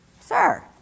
Sir